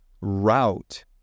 route